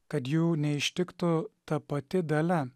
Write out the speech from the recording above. kad jų neištiktų ta pati dalia